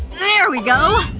there we go!